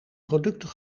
producten